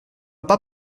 pas